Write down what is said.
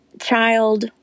child